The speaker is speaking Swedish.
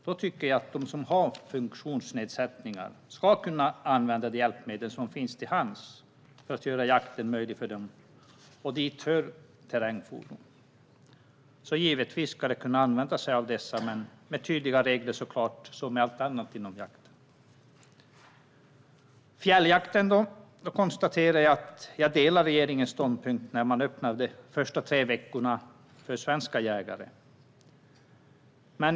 Då tycker jag att de som har funktionsnedsättning också ska kunna använda de hjälpmedel som finns till hands, så att man gör jakten möjlig för dem. Dit hör terrängfordon. Givetvis ska de kunna använda sig av dessa, men med tydliga regler, såklart, som med allt annat som har med jakt att göra. När det gäller fjälljakten konstaterar jag att jag delar regeringens ståndpunkt när man öppnar de första tre veckorna för svenska jägare.